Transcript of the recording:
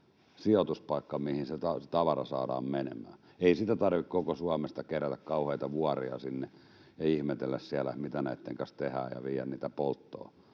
sijoituspaikka, mihin se tavara saadaan menemään. Ei sitä tarvitse koko Suomesta kerätä kauheita vuoria ja ihmetellä siellä, mitä näitten kanssa tehdään, ja viedä niitä polttoon.